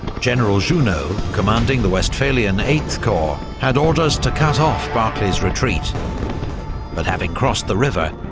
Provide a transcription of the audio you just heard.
general junot, commanding the westphalian eighth corps, had orders to cut off barclay's retreat but having crossed the river,